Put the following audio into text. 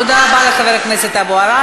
תודה רבה לחבר הכנסת אבו עראר.